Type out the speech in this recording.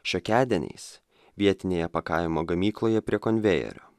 šiokiadieniais vietinėje pakavimo gamykloje prie konvejerio